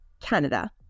Canada